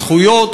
זכויות,